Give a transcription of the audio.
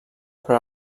però